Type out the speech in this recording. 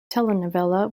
telenovela